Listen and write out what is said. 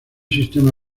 sistema